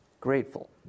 grateful